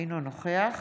אינו נוכח